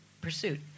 pursuit